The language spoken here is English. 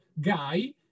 guy